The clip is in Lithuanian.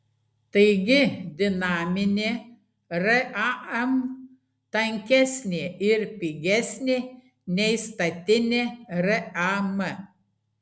taigi dinaminė ram tankesnė ir pigesnė nei statinė ram